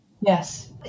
Yes